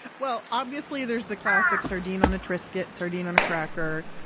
well obviously there's the classic sardine on a triscuit, sardine on a cracker.